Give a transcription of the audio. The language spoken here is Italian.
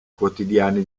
quotidiani